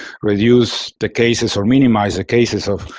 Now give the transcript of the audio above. reduce the cases or minimize the cases of